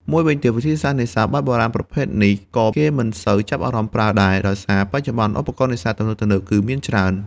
មួយវិញទៀត វិធីសាស្រ្តនេសាទបែបបុរាណប្រភេទនេះ ក៏គេមិនសូវចាប់អារម្មណ៍ប្រើដែរ ដោយសារបច្ចុប្បន្នឧបករណ៍នេសាទទំនើបៗគឺមានច្រើន។